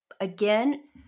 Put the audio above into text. again